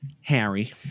Harry